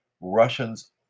Russians